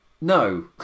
No